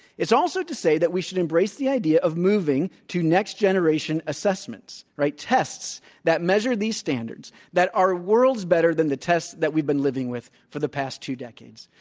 it's also to say that we should embrace the idea of moving to next generation assessments, right, tests that measure these standards, that are w orlds better than the tests that we've been living with for the past two decades.